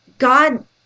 God